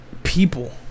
people